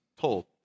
told